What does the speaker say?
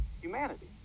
humanity